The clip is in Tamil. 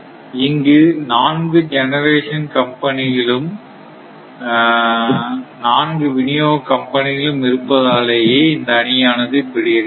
இங்கு நான்கு ஜெனரேஷன் கம்பெனிகளும் 4 விநியோக கம்பெனிகளும் இருப்பதாலேயே இந்த அணியானது இப்படி இருக்கிறது